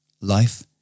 life